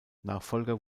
nachfolger